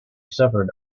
suffered